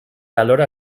alhora